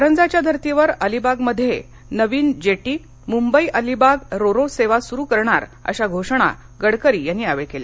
करजाच्या धरतीवर अलिबागमध्ये नवीन jetty Mumbai Alibag ro ro सेवा सुरु करणार अशा घोषणा गडकरी यांनी केल्या